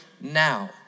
now